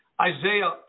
Isaiah